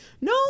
no